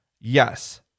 Yes